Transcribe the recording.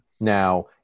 Now